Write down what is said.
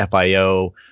FIO